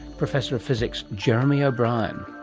professor of physics jeremy o'brien.